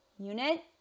unit